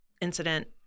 incident